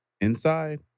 inside